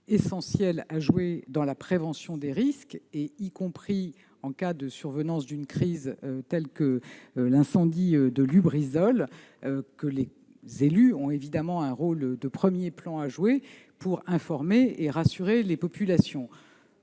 essentiel à jouer dans la prévention des risques, y compris en cas de survenance d'une crise telle que l'incendie de Lubrizol. Les élus ont ainsi un rôle de premier plan à jouer pour informer et rassurer les populations.